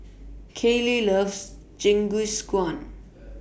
Kaley loves Jingisukan